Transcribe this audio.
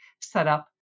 setup